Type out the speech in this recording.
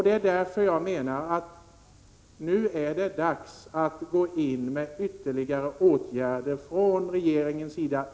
Det är därför jag menar att det nu är dags att gå in med ytterligare initiativ och åtgärder från regeringens sida.